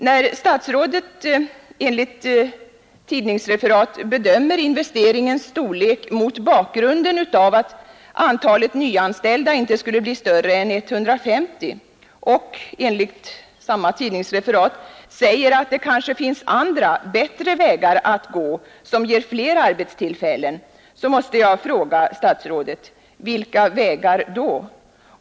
När statsrådet enligt tidningsreferat bedömer investeringens storlek mot bakgrunden av att antalet nyanställda inte skulle bli större än 150, och enligt samma tidningsreferat säger att det kanske finns andra, bättre vägar att gå som ger fler arbetstillfällen, så måste jag fråga statsrådet: Vilka vägar?